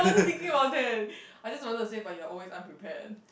I wasn't thinking about that I just wanted to say but you are always unprepared